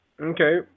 Okay